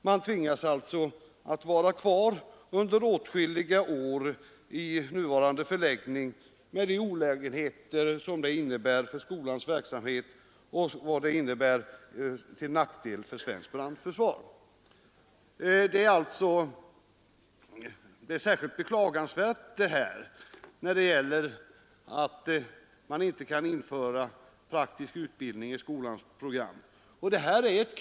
Man tvingas alltså att vara kvar under åtskilliga år i nuvarande förläggning med de olägenheter som det innebär för skolans verksamhet och vad det innebär till nackdel för svenskt brandförsvar. Det förhållandet att praktisk utbildning inte kan införas på skolans program är särskilt beklagansvärt.